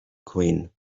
queen